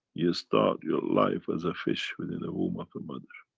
you start your life as a fish, within the womb of the mother